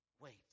wait